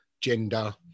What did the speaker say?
gender